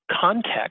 context